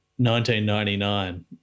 1999